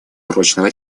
прочного